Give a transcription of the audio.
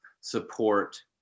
support